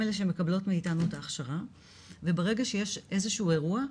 אלה שמקבלות מאיתנו את ההכשרה וברגע שיש איזה שהוא אירוע,